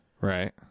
Right